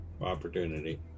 opportunity